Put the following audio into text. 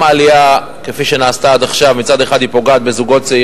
גם העלייה כפי שנעשתה עד עכשיו, מצד אחד